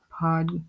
pod